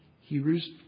Hebrews